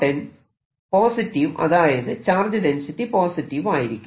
n positive അതായത് charge density positive ആയിരിക്കും